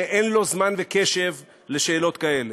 שאין לו זמן וקשב לשאלות כאלה,